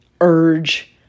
urge